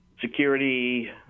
security